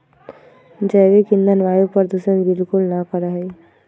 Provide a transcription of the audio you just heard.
जैविक ईंधन वायु प्रदूषण बिलकुल ना करा हई